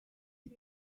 und